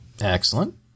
excellent